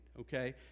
Okay